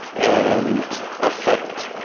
and affect